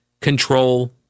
control